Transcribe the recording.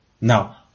Now